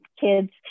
kids